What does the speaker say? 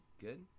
Good